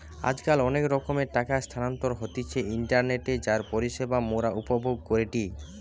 আজকাল অনেক রকমের টাকা স্থানান্তর হতিছে ইন্টারনেটে যার পরিষেবা মোরা উপভোগ করিটি